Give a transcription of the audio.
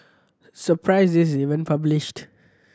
surprised this is even published